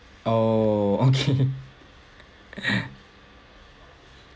oh okay